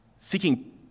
seeking